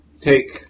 take